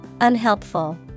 Unhelpful